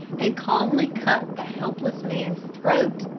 and calmly cut the helpless man's throat.